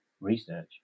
research